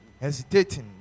hesitating